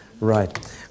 Right